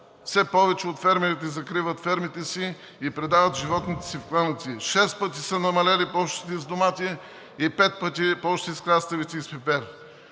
Все повече от фермерите закриват фермите си и предават животните си в кланици, 6 пъти са намалели помощите за домати и 5 пъти помощите за краставици и пипер.